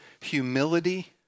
humility